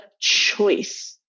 choice